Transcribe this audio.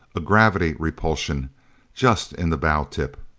a gravity repulsion just in the bow-tip.